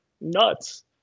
nuts